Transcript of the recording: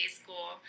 school